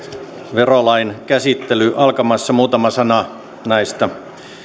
verolain käsittely alkamassa muutama sana näistä